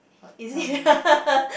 got tell me before